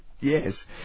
yes